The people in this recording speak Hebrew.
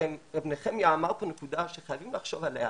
נחמיה אמר פה נקודה שחייבים לחשוב עליה.